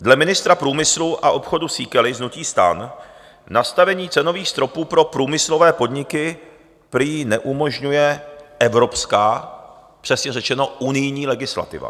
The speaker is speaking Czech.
Dle ministra průmyslu a obchodu Síkely z hnutí STAN nastavení cenových stropů pro průmyslové podniky prý neumožňuje evropská, přesně řečeno unijní, legislativa.